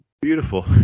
beautiful